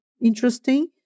interesting